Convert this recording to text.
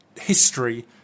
history